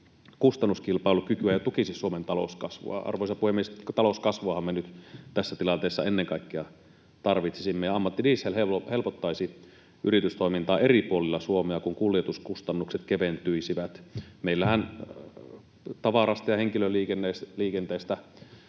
kustannuskilpailukykyä ja tukisi Suomen talouskasvua. Arvoisa puhemies! Talouskasvuahan me nyt tässä tilanteessa ennen kaikkea tarvitsisimme, ja ammattidiesel helpottaisi yritystoimintaa eri puolilla Suomea, kun kuljetuskustannukset keventyisivät. Meillähän tavarasta ja henkilöliikenteestä